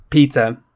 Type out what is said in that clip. Peter